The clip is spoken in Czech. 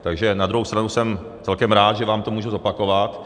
Takže na druhou stranu jsem celkem rád, že vám to můžu zopakovat.